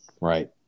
Right